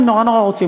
אם נורא נורא רוצים,